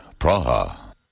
Praha